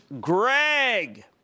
Greg